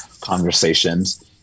conversations